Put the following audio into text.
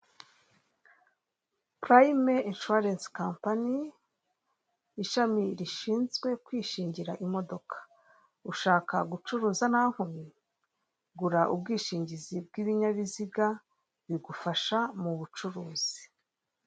Purayime inshuwarensi kampani ishami rishinzwe kwishingira imodoka ushaka gucuruza nta nkomyi gura ubwishingizi bw'ibinyabiziga bigufasha mu bucuruzi.